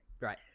Right